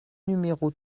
numéro